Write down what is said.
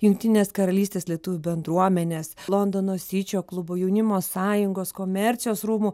jungtinės karalystės lietuvių bendruomenės londono sičio klubo jaunimo sąjungos komercijos rūmų